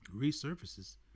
resurfaces